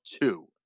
two